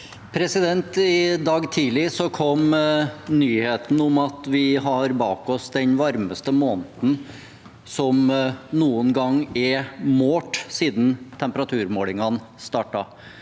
I dag tidlig kom nyheten om at vi har bak oss den varmeste måneden som noen gang er målt siden temperaturmålingene startet.